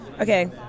okay